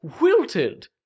wilted